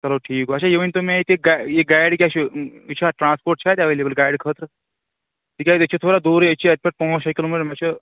چلو ٹھیٖک گوٚو اچھا یہِ ؤنۍ تَو مےٚ ییٚتہِ گا یہِ گاڑِ کیٛاہ چھُ یہِ چھُ اَتھ ٹرٛانَسپوٹ چھُ اَتہِ اَیٚوَیٚلیبٕل گاڑِ خٲطرٕ تِکیٛازِ أسۍ چھِ تھوڑا دوٗرٕے أسۍ چھِ اَتہِ پٮ۪ٹھ پانٛژھ شےٚ کِلوٗمیٖٹر مےٚ چھِ